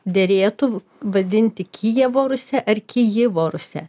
derėtų vadinti kijevo rusia ar kijivo rusia